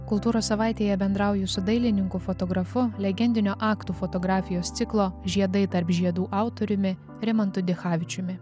kultūros savaitėje bendrauju su dailininku fotografu legendinio aktų fotografijos ciklo žiedai tarp žiedų autoriumi rimantu dichavičiumi